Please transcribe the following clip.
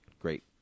Great